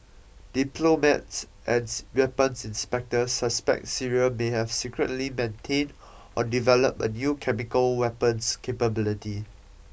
diplomats and weapons inspectors suspect Syria may have secretly maintained or developed a new chemical weapons capability